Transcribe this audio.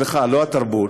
לא התרבות,